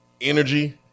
energy